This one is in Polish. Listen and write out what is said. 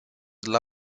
dla